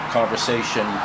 conversation